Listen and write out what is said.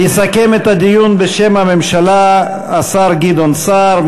יסכם את הדיון בשם הממשלה השר גדעון סער.